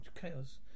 chaos